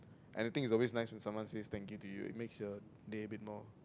and I think it's always nice when someone says thank you it makes your day a bit more